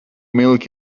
milk